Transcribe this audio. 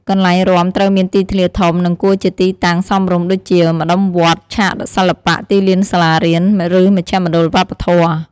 កន្លែងរាំត្រូវមានទីធ្លាធំ និងគួរជាទីតាំងសមរម្យ ដូចជា ម្តុំវត្ត ឆាកសិល្បៈ ទីលានសាលារៀន ឬមជ្ឈមណ្ឌលវប្បធម៌។